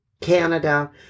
Canada